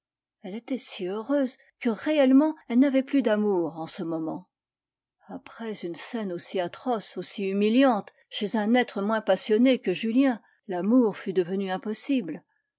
elle était si heureuse que réellement elle n'avait plus d'amour en ce moment après une scène aussi atroce aussi humiliante chez un être moins passionné que julien l'amour fût devenu impossible